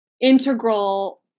integral